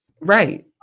right